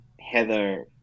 Heather